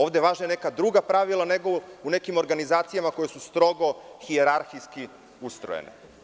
Ovde važe neka druga pravila, nego u nekim organizacijama koje su strogo hijerarhijski ustrojene.